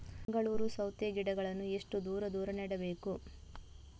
ಮಂಗಳೂರು ಸೌತೆ ಗಿಡಗಳನ್ನು ಎಷ್ಟು ದೂರ ದೂರ ನೆಡಬೇಕು?